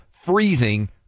freezing